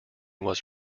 was